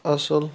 اَصٕل